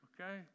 Okay